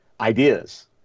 ideas